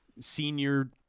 senior